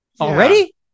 already